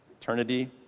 Eternity